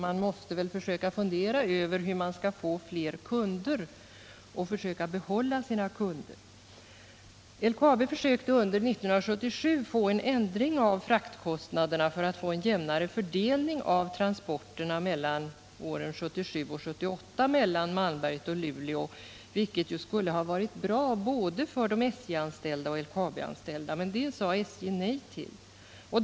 Man måste väl försöka fundera över hur man skall få fler kunder och försöka behålla de kunder man har. LKAB försökte under 1977 få en ändring av fraktkostnaderna för att få en jämnare fördelning av transporterna 1977-1978 mellan Malmberget och Luleå, vilket skulle ha varit bra både för de SJ-anställda och för de LKAB anställda. Det sade SJ nej till.